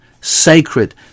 sacred